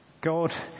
God